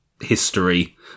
history